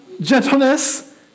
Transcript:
gentleness